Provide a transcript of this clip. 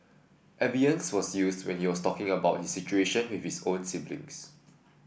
Abeyance was used when he was talking about his situation with his own siblings